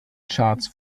charts